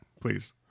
please